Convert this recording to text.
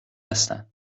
هستن